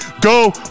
Go